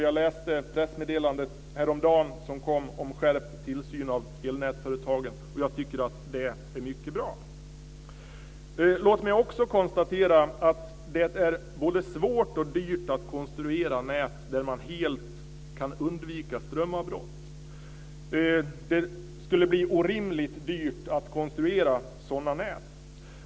Jag läste det pressmeddelande som kom häromdagen om skärpt tillsyn på elnätsföretagen, och jag tycker att det är mycket bra. Låt mig också konstatera att det är både svårt och dyrt att konstruera nät där man helt kan undvika strömavbrott. Det skulle bli orimligt dyrt att konstruera sådana nät.